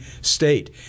state